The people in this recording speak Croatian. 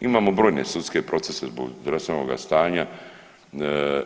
Imamo brojne sudske procese zbog zdravstvenoga stanja